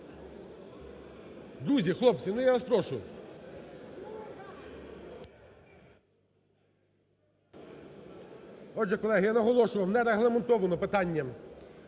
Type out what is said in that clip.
Друзі, хлопці, ну я вас прошу. Отже, колеги, я наголошую, не регламентовано питання